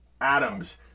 adams